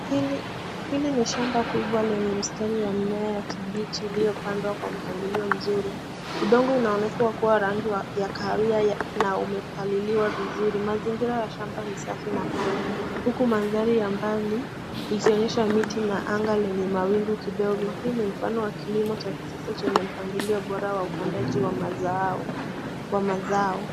Hili ni shamba kubwa lenye mistari ya mimea ya kibichi iliyopandwa kwa mpangilio mzuri. Udongo unaonekana kuwa rangi ya kahawia na umepaliliwa vizuri. Mazingira ya shamba ni safi na pana, huku mandhari ya mbali ikionyesha miti na anga lenyu mawingu kidogo. Hii ni mfano wa kilimo cha kisasa chenye mpangilio bora wa upandaji wa mazao.